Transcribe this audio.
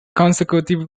consecutive